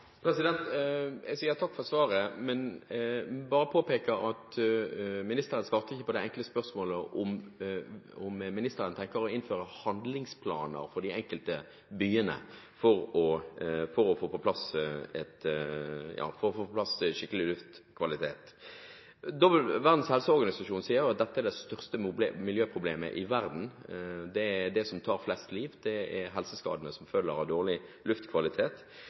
Jeg sier takk for svaret, men vil bare påpeke at ministeren ikke svarte på det enkle spørsmålet om hvorvidt hun tenker å innføre handlingsplaner for de enkelte byene for å få skikkelig luftkvalitet. Verdens helseorganisasjon sier at dette er det største miljøproblemet i verden. Det som tar flest liv, er helseskadene som følger av dårlig luftkvalitet.